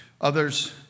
Others